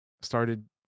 started